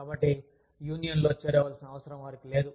కాబట్టి యూనియన్లో చేరవలసిన అవసరం వారికి లేదు